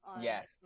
Yes